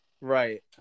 Right